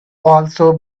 also